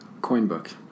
Coinbook